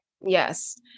Yes